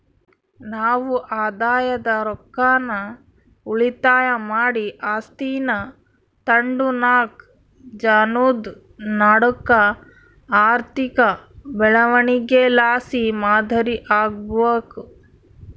ನಾವು ಆದಾಯದ ರೊಕ್ಕಾನ ಉಳಿತಾಯ ಮಾಡಿ ಆಸ್ತೀನಾ ತಾಂಡುನಾಕ್ ಜನುದ್ ನಡೂಕ ಆರ್ಥಿಕ ಬೆಳವಣಿಗೆಲಾಸಿ ಮಾದರಿ ಆಗ್ಬಕು